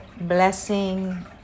blessing